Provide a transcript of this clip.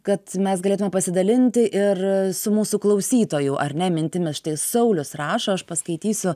kad mes galėtume pasidalinti ir su mūsų klausytojų ar ne mintimis štai saulius rašo aš paskaitysiu